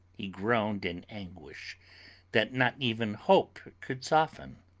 he groaned in anguish that not even hope could soften.